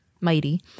mighty